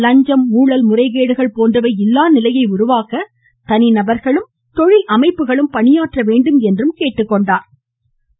லஞ்சம் ஊழல் முறைகேடுகள் போன்றவை இல்லாத நிலையை உருவாக்க தனிநபர்களும் தொழில் அமைப்புகளும் பணியாற்ற வேண்டும் என்றும் கேட்டுக்கொண்டார்